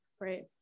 Right